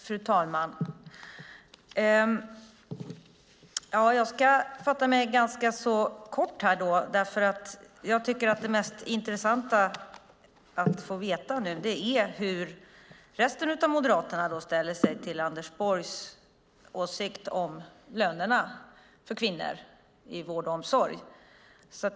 Fru talman! Jag ska fatta mig ganska så kort därför att jag tycker att det mest intressanta att få veta är hur resten av Moderaterna ställer sig till Anders Borgs åsikt om lönerna för kvinnor i vård och omsorg.